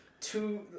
Two